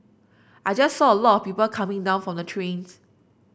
I just saw a lot of people coming down from the trains